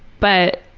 but